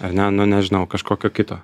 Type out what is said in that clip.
ar ne nu nežinau kažkokio kito